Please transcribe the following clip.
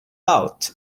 out